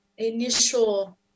initial